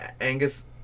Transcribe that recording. Angus